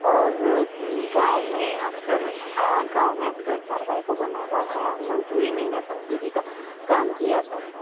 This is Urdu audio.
اور گاؤں میں اکثر ہاں گاؤں میں اکثر چارپائی کو بُنا جاتا ہے اور مزدوری محنت مزدوری کا کام کیا جاتا ہے